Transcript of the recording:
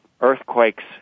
earthquakes